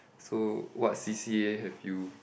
so what C_C_A have you